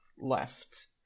left